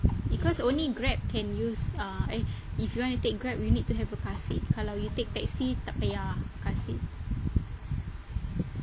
because only grab can use uh if you want to take grab you need to have a car seat kalau you take taxi tak payah car seat